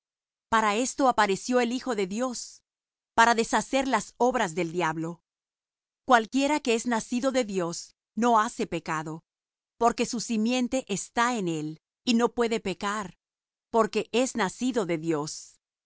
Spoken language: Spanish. para esto apareció el hijo de dios para deshacer las obras del diablo cualquiera que es nacido de dios no hace pecado porque su simiente está en él y no puede pecar porque es nacido de dios